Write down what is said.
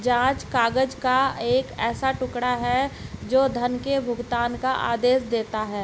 जाँच काग़ज़ का एक ऐसा टुकड़ा, जो धन के भुगतान का आदेश देता है